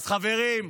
אז חברים,